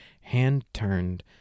hand-turned